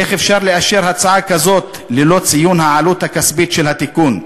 איך אפשר לאשר הצעה כזאת ללא ציון העלות הכספית של התיקון?